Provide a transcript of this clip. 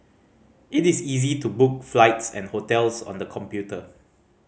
it is easy to book flights and hotels on the computer